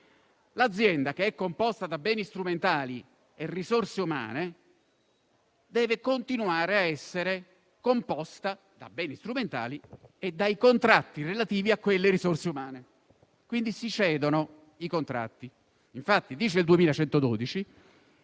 l'azienda, che è composta da beni strumentali e risorse umane, deve continuare a essere composta da beni strumentali e dai contratti relativi a quelle risorse umane, per cui si cedono i contratti. Prevede infatti